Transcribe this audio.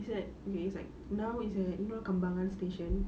it's at okay it's like now it's uh you know kembangan station